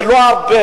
זה לא הרבה.